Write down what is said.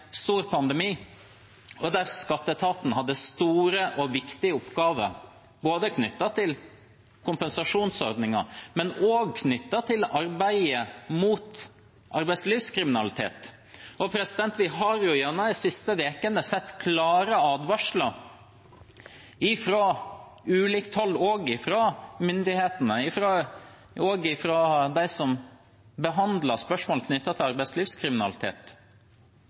stor pandemi, der skatteetaten hadde store og viktige oppgaver knyttet til både kompensasjonsordning og arbeidet mot arbeidslivskriminalitet. Vi har gjennom de siste ukene sett klare advarsler fra ulikt hold – også fra myndighetene, fra dem som behandler spørsmål knyttet til arbeidslivskriminalitet